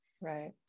right